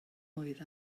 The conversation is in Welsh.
oedd